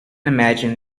imagine